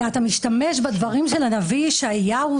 ואתה משתמש בדברים של הנביא ישעיהו,